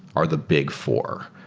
are the big four.